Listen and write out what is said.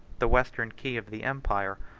the western key of the empire,